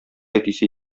әтисе